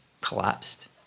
collapsed